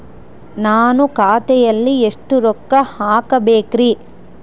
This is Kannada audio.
ನಾನು ಖಾತೆಯಲ್ಲಿ ಎಷ್ಟು ರೊಕ್ಕ ಹಾಕಬೇಕ್ರಿ?